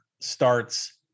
starts